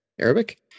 Arabic